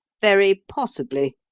very possibly,